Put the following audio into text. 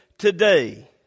Today